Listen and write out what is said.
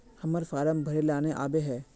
हम्मर फारम भरे ला न आबेहय?